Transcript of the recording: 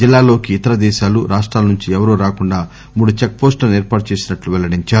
జిల్లాలోకి ఇతరదేశాలు రాష్టాలు నుంచి ఎవరూ రాకుండా మూడు చెక్ పోస్టులను ఏర్పాటు చేసినట్లు పెల్లడించారు